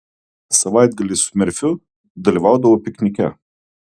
savaitgaliais su merfiu dalyvaudavo piknike